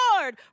Lord